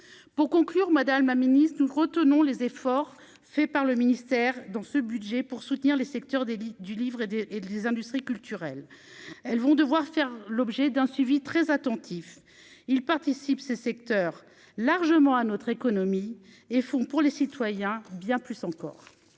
pour conclure madame ma Ministre nous retenons les efforts faits par le ministère dans ce budget, pour soutenir les secteurs des du livre et des et des industries culturelles, elles vont devoir faire l'objet d'un suivi très attentif, il participe ce secteur largement à notre économie et font pour les citoyens, bien plus simple.